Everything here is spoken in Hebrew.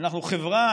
אנחנו חברה,